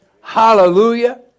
hallelujah